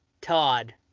Todd